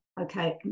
okay